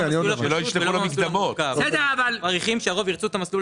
אנחנו מעריכים שהרוב ירצו את המסלול